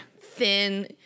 thin